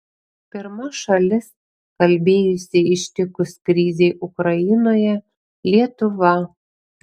pirma šalis kalbėjusi ištikus krizei ukrainoje lietuva